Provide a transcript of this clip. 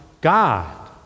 God